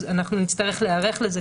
אז אנחנו נצטרך להיערך לזה,